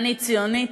אני ציונית.